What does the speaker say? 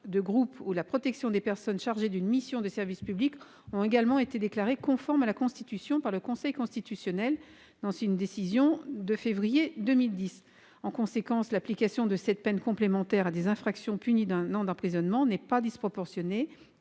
de groupes et la protection des personnes chargées d'une mission de service public ont également été déclarés conformes à la Constitution par le Conseil constitutionnel dans sa décision du 25 février 2010. En conséquence, l'application de cette peine complémentaire à des infractions punies d'un an d'emprisonnement n'est pas disproportionnée